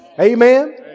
Amen